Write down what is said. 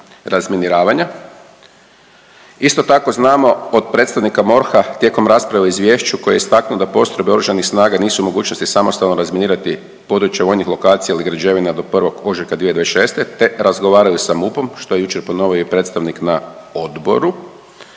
razminiravanja. Isto tako znamo od predstavnika MORH-a tijekom rasprave o izvješću koji je istaknuo da postrojbe Oružanih snaga nisu u mogućnosti samostalno razminirati područja vojnih lokacija ili građevina do 1. ožujka 2026., te razgovaraju sa MUP-om što je jučer ponovio i predstavnik na odboru,